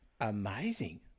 Amazing